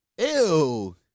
Ew